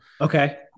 Okay